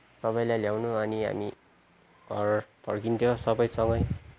सबैलाई ल्याउनु अनि हामी घर फर्किन्थ्यौँ सबै सँगै